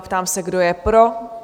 Ptám se, kdo je pro?